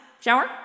Shower